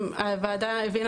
שהסעיף יאמר